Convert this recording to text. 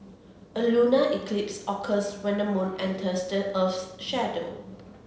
a lunar eclipse occurs when the moon enters the earth's shadow